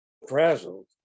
Frazzled